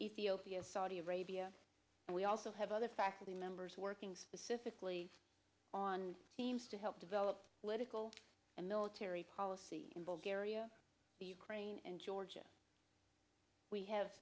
ethiopia saudi arabia and we also have other faculty members working specifically on teams to help develop lyrical and military policy in bulgaria the ukraine and georgia we have